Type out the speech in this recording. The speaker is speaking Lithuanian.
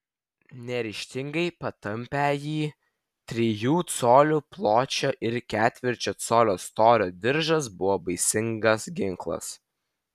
neryžtingai patampė jį trijų colių pločio ir ketvirčio colio storio diržas buvo baisingas ginklas